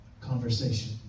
Conversation